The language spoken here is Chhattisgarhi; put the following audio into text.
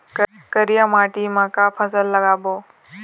करिया माटी म का फसल लगाबो?